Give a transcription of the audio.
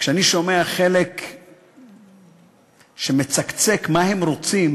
כשאני שומע חלק שמצקצק: מה הם רוצים?